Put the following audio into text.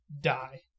die